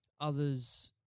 others